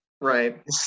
Right